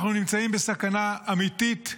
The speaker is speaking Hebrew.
אנחנו נמצאים בסכנה אמיתית,